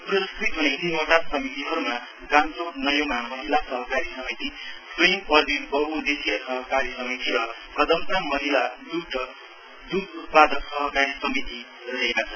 पुरस्कृतहुने तीनवटा समितिहरुमा गान्तोकको नायुमा महिला सहकारी समिति लुइङ पर्बिङ बहुउद्देशिय सहकारी समिति र कदमताम महिला दूध उत्पादक सहकारी समिति रहेका छन्